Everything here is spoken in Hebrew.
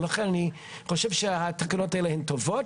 ולכן אני חושב שהתקנות האלה הן טובות